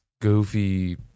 goofy